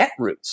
Netroots